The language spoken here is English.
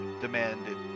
demanded